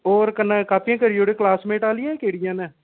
होर कन्नै कापियां करी ओड़ेओ क्लासमेट आह्लियां केह्ड़ियां न